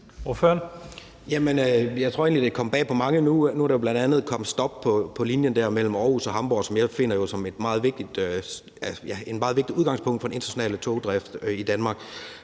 Jeg tror egentlig, det er kommet bag på mange. Nu er der jo bl.a. kommet stop på linjen mellem Aarhus og Hamborg, som jeg finder er et meget vigtigt udgangspunkt for den internationale togdrift i Danmark.